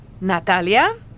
Natalia